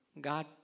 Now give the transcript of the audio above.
God